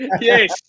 Yes